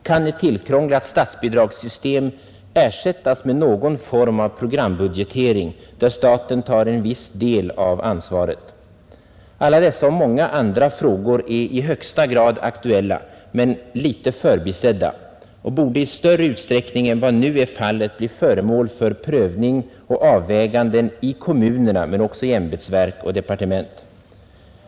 Kan ett tillkrånglat statsbidragssystem ersättas med någon form av programbudgetering, där staten tar en viss del av ansvaret? Alla dessa och många andra frågor är i högsta grad aktuella men något förbisedda och borde i större utsträckning än vad nu är fallet bli föremål för prövning och avväganden i kommunerna men också i ämbetsverk och departement.